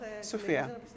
Sofia